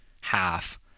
half